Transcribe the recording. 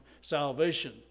salvation